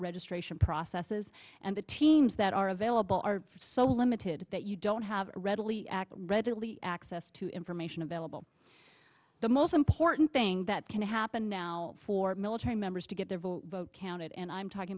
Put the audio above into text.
registration processes and the teams that are available are so limited that you don't have readily readily access to information available well the most important thing that can happen now for military members to get their vote counted and i'm talking